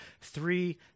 three